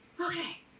Okay